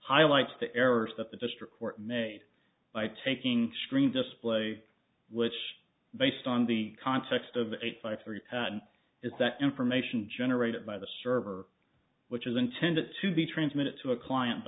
highlights the errors that the district court made by taking screen display which based on the context of the eight five three is that information generated by the server which is intended to be transmitted to a client